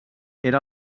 era